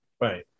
Right